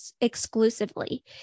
exclusively